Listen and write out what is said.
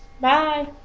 Bye